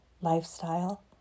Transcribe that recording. lifestyle